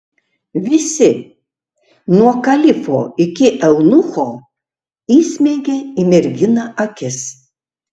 visi nuo kalifo iki eunucho įsmeigė į merginą akis